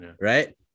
Right